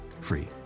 Free